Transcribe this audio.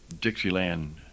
Dixieland